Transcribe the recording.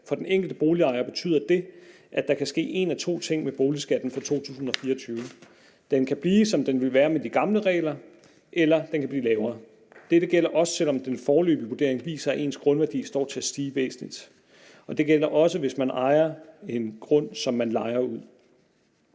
for den enkelte boligejer, og det betyder, at der kan ske en af to ting med boligskatten for 2024. Den kan blive, som den vil være med de gamle regler, eller den kan blive lavere. Dette gælder også, selv om den foreløbige vurdering viser, at ens grundværdi står til at stige væsentligt, og det gælder også, hvis man ejer en grund, som man lejer ud.